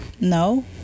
No